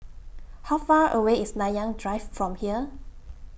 How Far away IS Nanyang Drive from here